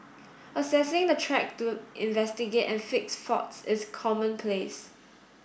accessing the track to investigate and fix faults is commonplace